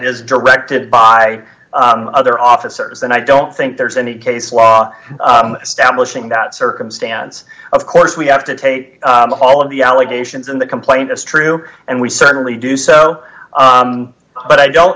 is directed by other officers and i don't think there's any case law establishing that circumstance of course we have to take all of the allegations in the complaint is true and we certainly do so but i don't